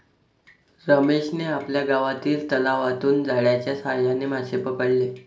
रमेशने आपल्या गावातील तलावातून जाळ्याच्या साहाय्याने मासे पकडले